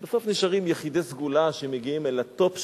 ובסוף נשארים יחידי סגולה שמגיעים אל הטופ שבטופ.